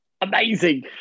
Amazing